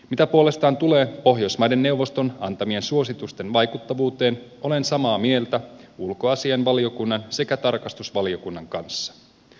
mitä puolestaan tulee pohjoismaiden neuvoston antamien suositusten vaikuttavuuteen olen samaa mieltä ulkoasiainvaliokunnan sekä tarkastusvaliokunnan kanssa